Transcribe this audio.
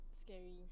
Scary